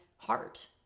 heart